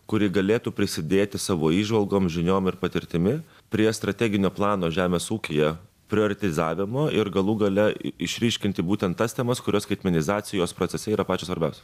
kuri galėtų prisidėti savo įžvalgom žiniom ir patirtimi prie strateginio plano žemės ūkyje prioretizavimo ir galų gale išryškinti būtent tas temas kurios skaitmenizacijos procese yra pačios svarbiausios